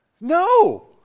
No